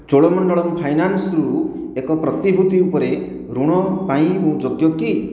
Cholamandalam finance ରୁ ଏକ ପ୍ରତିଭୂତି ଉପରେ ଋଣ ପାଇଁ ମୁଁ ଯୋଗ୍ୟ କି